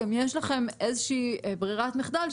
גם יש לכם איזושהי ברירת מחדל,